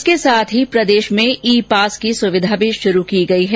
इसके साथ ही प्रदेश में ई पास की सुविधा भी शुरू की गई है